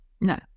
No